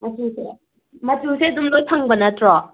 ꯃꯆꯨꯗꯣ ꯃꯆꯦꯁꯦ ꯑꯗꯨꯝ ꯂꯣꯏ ꯐꯪꯕ ꯅꯠꯇ꯭ꯔꯣ